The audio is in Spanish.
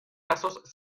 casos